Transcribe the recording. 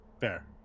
Fair